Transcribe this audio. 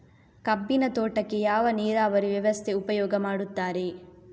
ಕಬ್ಬಿನ ತೋಟಕ್ಕೆ ಯಾವ ನೀರಾವರಿ ವ್ಯವಸ್ಥೆ ಉಪಯೋಗ ಮಾಡುತ್ತಾರೆ?